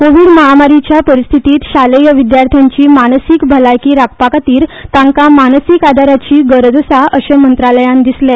कोविड महामारीच्या परीस्थितीत शालेय विद्यार्थ्यांची मानसिक भलायकी राखपाखातीर तांका मानसीक आदाराची गरज आसा अशे मंत्रालयाक दिसले